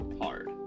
hard